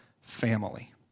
family